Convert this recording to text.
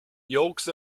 yolks